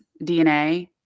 DNA